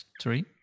Three